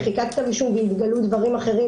מחיקת כתב אישום והתגלו דברים אחרים,